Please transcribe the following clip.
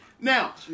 Now